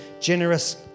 generous